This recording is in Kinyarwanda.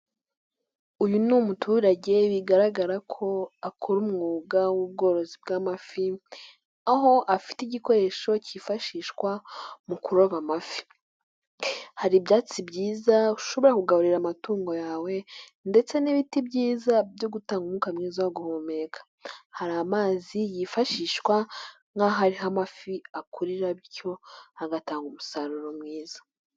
Uyu ni umuturage bigaragara ko akora umwuga w'ubworozi bw'amafi. Aho afite igikoresho kifashishwa mu kuroba amafi. Hari ibyatsi byiza ushobora kugaburira amatungo yawe ndetse n'ibiti byiza byo gutanga umwuka mwiza wo guhumeka. Hari amazi yifashishwa nk'aho ariho amafi akurira bityo agatanga umusaruro mwiza.